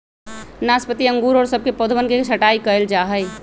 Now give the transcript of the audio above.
नाशपाती अंगूर और सब के पौधवन के छटाई कइल जाहई